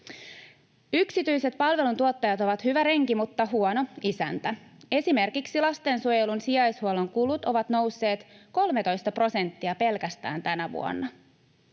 Yksityiset palveluntuottajat ovat hyvä renki mutta huono isäntä. Esimerkiksi lastensuojelun sijaishuollon kulut ovat nousseet 13 prosenttia pelkästään tänä vuonna.